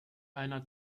einer